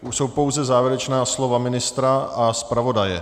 Už jsou pouze závěrečná slova ministra a zpravodaje.